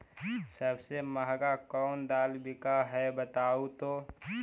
सबसे महंगा कोन दाल बिक है बताहु तो?